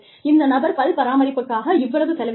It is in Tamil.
இந்த நபர் பல் பராமரிப்புக்காக இவ்வளவு செலவிடுகிறார்